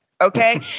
Okay